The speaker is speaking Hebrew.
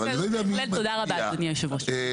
בהחלט תודה רבה, אדוני יושב הראש.